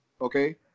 Okay